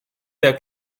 der